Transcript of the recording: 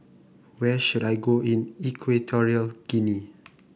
where should I go in Equatorial Guinea